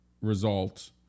result